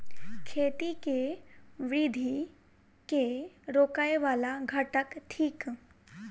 खेती केँ वृद्धि केँ रोकय वला घटक थिक?